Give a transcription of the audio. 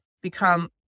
become